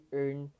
earn